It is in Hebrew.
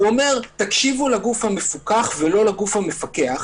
הוא אומר: תקשיבו לגוף המפוקח ולא לגוף המפקח,